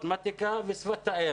מתמטיקה ושפת האם.